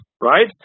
right